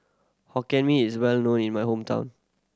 Hokkien Mee is well known in my hometown